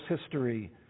history